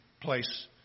place